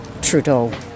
Trudeau